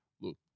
look